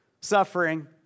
suffering